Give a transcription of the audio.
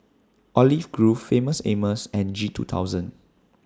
Olive Grove Famous Amos and G two thousand